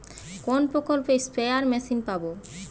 কোন প্রকল্পে spare machine পাব?